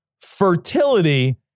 fertility